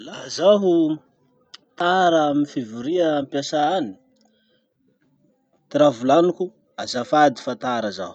Laha zaho tara amy fivoria ampiasa any, ty raha volaniko, azafady fa tara zaho.